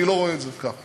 אני לא רואה את זה כך,